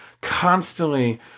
constantly